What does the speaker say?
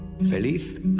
feliz